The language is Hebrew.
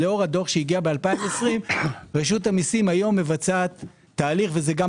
לאור הדוח שהגיע ב-2020 רשות המיסים היום מבצעת תהליך וזה גם